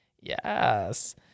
Yes